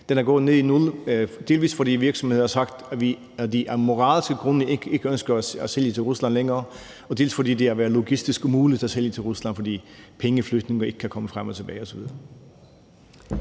Den er gået ned til 0 pct., dels fordi virksomhederne har sagt, at de af moralske grunde ikke ønsker at sælge til Rusland længere, dels fordi det har været logistisk umuligt at sælge til Rusland, fordi penge ikke kan flyttes frem og tilbage osv.